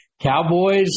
Cowboys